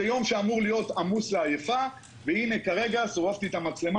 זה יום שאמור להיות עמוס לעייפה והנה כרגע סובבתי את המצלמה